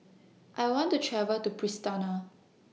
I want to travel to Pristina